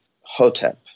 hotep